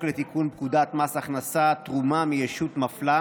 לתיקון פקודת מס הכנסה (תרומה מישות מפלה).